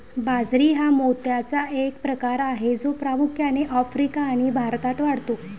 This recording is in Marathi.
बाजरी हा मोत्याचा एक प्रकार आहे जो प्रामुख्याने आफ्रिका आणि भारतात वाढतो